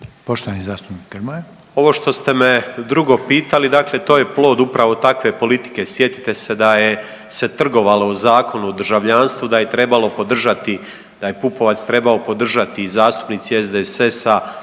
Nikola (MOST)** Ovo što ste me drugo pitali dakle to je plod upravo takve politike. Sjetite se da je se trgovalo o Zakonu o državljanstvu da je trebalo podržati, da je Pupovac trebao podržati i zastupnici SDSS-a